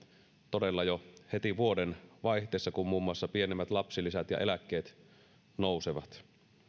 todella jo heti vuodenvaihteessa kun muun muassa pienimmät lapsilisät ja eläkkeet nousevat